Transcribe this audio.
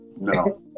No